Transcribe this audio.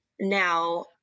Now